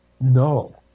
No